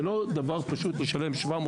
זה לא דבר פשוט לאנשים נצרכים לשלם 500,